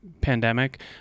pandemic